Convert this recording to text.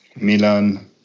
milan